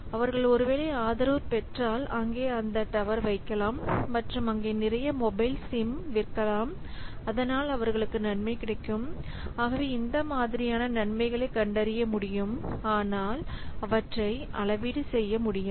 அவர்கள் ஒருவேளை ஆதரவு பெற்றால் அங்கே அந்த டவர் வைக்கலாம் மற்றும் அங்கே நிறைய மொபைல் சிம் விற்கலாம் அதனால் அவர்களுக்கு நன்மை கிடைக்கும் ஆகவே இந்த மாதிரியான நன்மைகளை கண்டறிய முடியும் ஆனால் அவற்றை அளவீடு செய்ய முடியாது